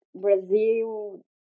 Brazil